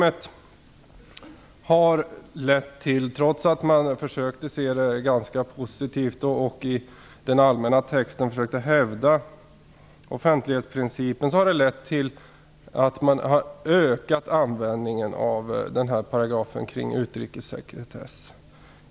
Trots att man försökte se det ganska positivt och försökte hävda offentlighetsprincipen i den allmänna texten har denna PM lett till att man ökat användningen av paragrafen om utrikessekretess.